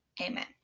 Amen